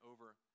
over